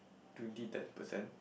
twenty ten percent